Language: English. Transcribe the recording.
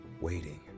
waiting